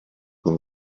con